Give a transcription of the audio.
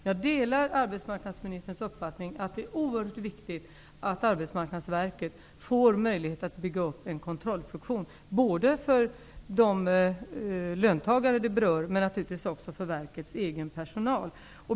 Jag delar arbetsmarknadsministerns uppfattning att det är oerhört viktigt att Arbetsmarknadsverket får möjlighet att bygga upp en kontrollfunktion, både för berörda löntagare och naturligtvis också för verkets egen personal.